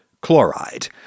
chloride